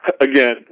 again